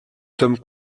sommes